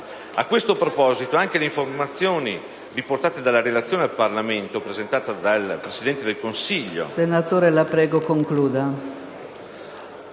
A questo proposito anche dalle informazioni riportate nella relazione al Parlamento presentata dal Presidente del Consiglio...